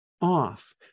off